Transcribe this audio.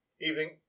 Evening